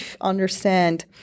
understand